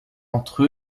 entre